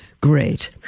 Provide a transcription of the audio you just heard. Great